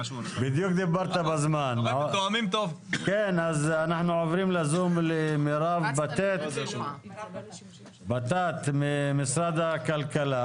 אנחנו עוברים לזום למירב בטט ממשרד הכלכלה.